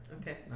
Okay